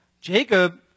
Jacob